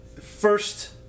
first